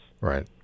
Right